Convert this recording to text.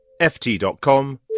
ft.com